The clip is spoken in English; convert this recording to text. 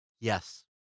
Yes